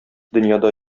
дөньяда